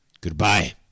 Goodbye